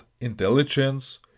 intelligence